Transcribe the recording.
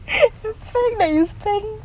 the fact that you spent